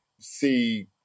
see